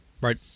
Right